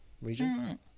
region